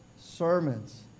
sermons